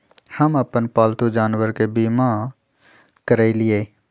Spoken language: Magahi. हम अप्पन पालतु जानवर के बीमा करअलिअई